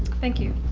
thank you.